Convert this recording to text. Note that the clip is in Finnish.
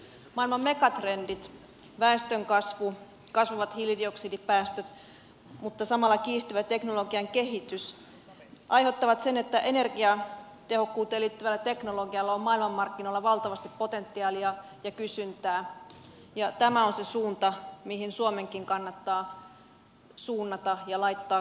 maailman megatrendit väestönkasvu kasvavat hiilidioksidipäästöt mutta samalla kiihtyvä teknologian kehitys aiheuttavat sen että energiatehokkuuteen liittyvällä teknologialla on maailmanmarkkinoilla valtavasti potentiaalia ja kysyntää ja tämä on se suunta mihin suomenkin kannattaa suunnata ja laittaa kasvupanokset